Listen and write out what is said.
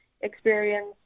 experience